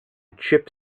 chip